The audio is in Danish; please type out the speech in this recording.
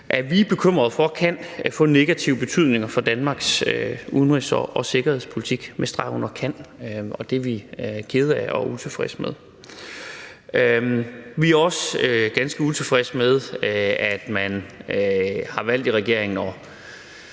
er vi bekymrede for kan få negative betydninger for Danmarks udenrigs- og sikkerhedspolitik – med streg under »kan« – og det er vi kede af og utilfredse med. Vi er også ganske utilfredse med, at man i regeringen